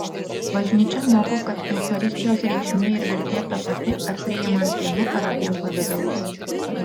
bažnyčia moko kad eucharistijos reikšmė ir vertė ta pati ar priimant vienu ar abiem pavidalais